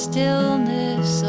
Stillness